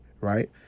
Right